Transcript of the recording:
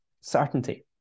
Certainty